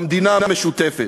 במדינה משותפת.